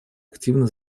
активно